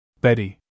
Betty